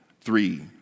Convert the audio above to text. three